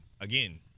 again